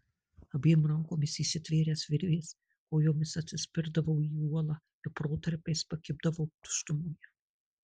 abiem rankomis įsitvėręs virvės kojomis atsispirdavau į uolą ir protarpiais pakibdavau tuštumoje